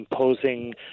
imposing